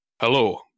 Hello